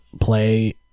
play